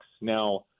now